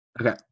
okay